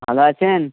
ভালো আছেন